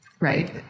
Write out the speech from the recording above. Right